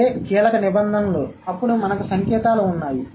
ఇవే కీలక నిబంధనలు అప్పుడు మనకు సంకేతాలు ఉన్నాయి